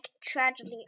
tragedy